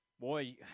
Boy